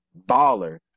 baller